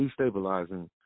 destabilizing